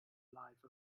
life